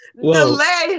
delay